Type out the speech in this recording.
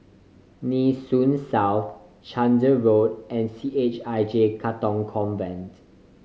Nee Soon South Chander Road and C H I J Katong Convent